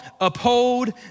uphold